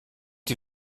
die